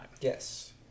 Yes